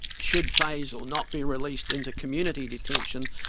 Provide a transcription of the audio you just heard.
should fazel not be released into community detention,